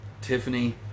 Tiffany